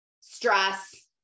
stress